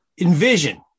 envision